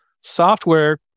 Software